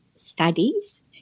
studies